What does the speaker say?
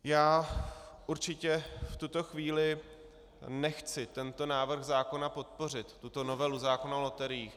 Já určitě v tuto chvíli nechci tento návrh zákona podpořit, tuto novelu zákona o loteriích.